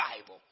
Bible